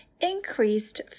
increased